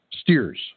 steers